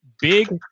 big